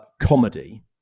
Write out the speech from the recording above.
comedy